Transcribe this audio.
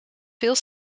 veel